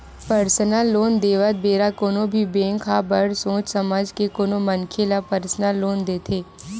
personal loan देवत बेरा कोनो भी बेंक ह बड़ सोच समझ के कोनो मनखे ल परसनल लोन देथे